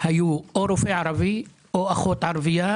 היו או רופא ערבי או אחות ערבייה,